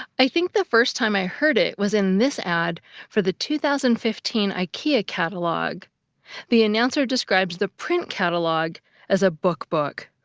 i think the first time i heard it was in this ad for the two thousand and fifteen ikea catalog the announcer describes the print catalog as a book-book.